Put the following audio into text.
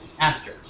Aster